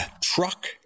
truck